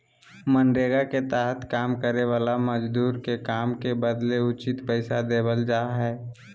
मनरेगा के तहत काम करे वाला मजदूर के काम के बदले उचित पैसा देवल जा हय